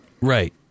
Right